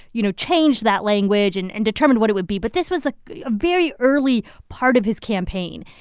you know, changed that language and and determined what it would be. but this was the a very early part of his campaign.